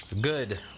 Good